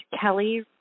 Kelly